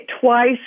twice